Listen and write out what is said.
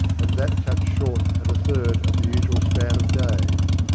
and that cut short at a third of the usual span of days.